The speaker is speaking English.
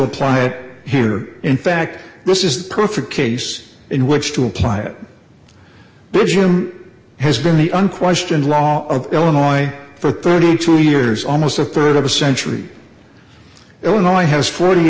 apply it here in fact this is the perfect case in which to apply it has been the unquestioned law of illinois for thirty two years almost a rd of a century illinois has forty